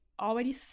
already